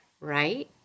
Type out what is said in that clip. right